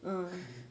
a'ah